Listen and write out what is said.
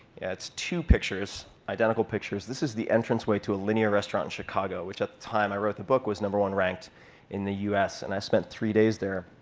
it's two pictures, identical pictures. this is the entranceway to alinea restaurant in chicago, which at the time i wrote the book was number one ranked in the us. and i spent three days there.